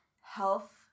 health